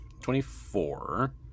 Twenty-four